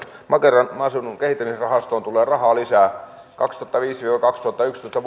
makeraan maaseudun kehittämisrahastoon tulee rahaa lisää vuosina kaksituhattaviisi viiva kaksituhattayksitoista